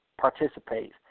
participates